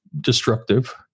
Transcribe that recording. destructive